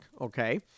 Okay